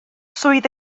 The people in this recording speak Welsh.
swydd